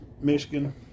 Michigan